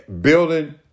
Building